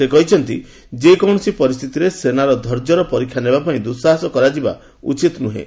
ସେ କହିଛନ୍ତି ଯେ କୌଣସି ପରିସ୍ଥିତିରେ ସେନାର ଧୈର୍ଯ୍ୟର ପରୀକ୍ଷା ନେବା ପାଇଁ ଦୁଃସାହସ କରାଯିବା ଉଚିତ୍ ନୁହେଁ